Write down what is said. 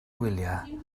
wyliau